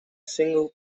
single